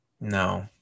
no